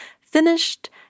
Finished